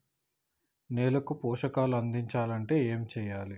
నేలకు పోషకాలు అందించాలి అంటే ఏం చెయ్యాలి?